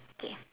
K